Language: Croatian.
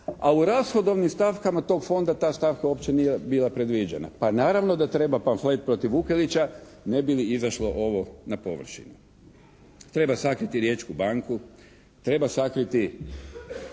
a u rashodovnim stavkama tog Fonda ta stavka uopće nije bila predviđena. Pa naravno da treba pamflet protiv Vukelića ne bi li izašlo ovo na površinu. Treba sakriti Riječku banku, treba sakriti